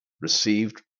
received